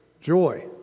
Joy